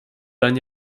dann